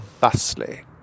thusly